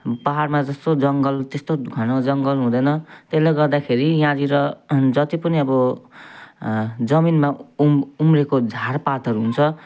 पाहाडमा जस्तो जङ्गल त्यस्तो घना जङ्गल हुँदैन त्यसले गर्दाखेरि यहाँनिर जति पनि अब जमिनमा उम् उम्रिएको झारपातहरू हुन्छ